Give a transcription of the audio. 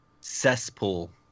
Cesspool